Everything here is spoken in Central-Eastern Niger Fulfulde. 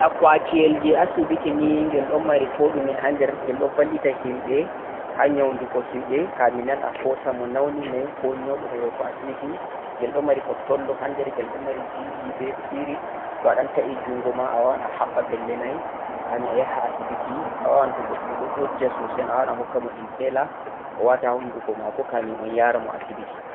akwatiyhel jeh asibiti ni ghel do mari kodhume ha der ghel do vallita himbe ha nyaudugo himbe ha nyaudugo himbe kamin nan a hosa mo nauni mai ko nyaudo mai yahugo asibiti ghel do mari hottolla ha der ghel do mari GB beh spirit to'a dan ta'i jungo ma a wawan a habba pellel mai kamin a yaha asibiti a wawan toh goddo do dojja sosai a wawan a hokka mo inhaler o wata ha hunduko mako kafin a yara mo asibiti